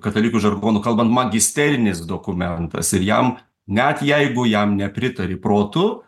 katalikų žargonu kalbant magisterinis dokumentas ir jam net jeigu jam nepritari protu